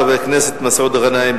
חבר הכנסת מסעוד גנאים,